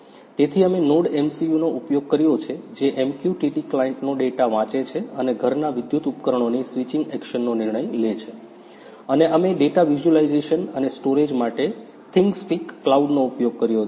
તેથી અમે NodeMCU નો ઉપયોગ કર્યો છે જે MQTT ક્લાયન્ટનો ડેટા વાંચે છે અને ઘરના વિદ્યુત ઉપકરણોની સ્વિચિંગ એક્શનનો નિર્ણય લે છે અને અમે ડેટા વિઝ્યુલાઇઝેશન અને સ્ટોરેજ માટે થિંગસ્પીક કલાઉડનો ઉપયોગ કર્યો છે